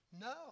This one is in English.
No